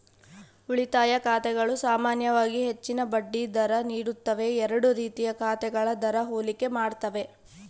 ಉಳಿತಾಯ ಖಾತೆಗಳು ಸಾಮಾನ್ಯವಾಗಿ ಹೆಚ್ಚಿನ ಬಡ್ಡಿ ದರ ನೀಡುತ್ತವೆ ಎರಡೂ ರೀತಿಯ ಖಾತೆಗಳ ದರ ಹೋಲಿಕೆ ಮಾಡ್ತವೆ